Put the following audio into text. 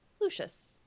Lucius